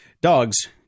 dogs